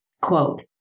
Quote